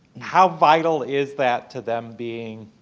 how vital is that to them being